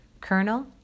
Colonel